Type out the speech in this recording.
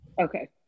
Okay